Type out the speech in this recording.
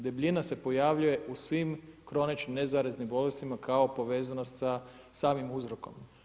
Debljina se pojavljuje u svim kroničnim nezaraznim bolestima kao povezanost sa samim uzrokom.